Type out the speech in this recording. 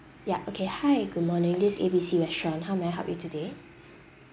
yup okay hi good morning this A B C restaurant how may I help you today